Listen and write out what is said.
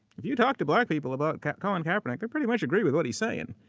if you talked to black people about colin kaepernick, they pretty much agree with what he's saying.